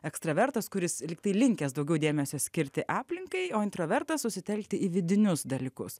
ekstravertas kuris lyg tai linkęs daugiau dėmesio skirti aplinkai o introvertas susitelkti į vidinius dalykus